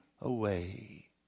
away